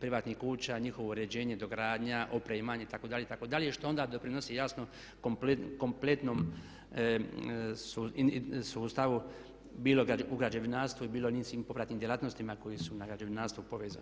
privatnih kuća, njihovo uređenje, dogradnja, opremanje itd., itd.. što onda doprinosi jasno kompletnom sustavu bilo u građevinarstvu ili bilo niz popratnim djelatnostima koji su na građevinarstvo povezani.